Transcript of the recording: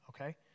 Okay